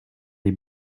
les